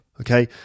okay